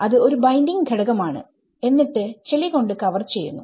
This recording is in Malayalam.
അത് ഒരു ബൈന്റിങ് ഘടകം ആണ് എന്നിട്ട് ചെളി കൊണ്ട് കവർ ചെയ്യുന്നു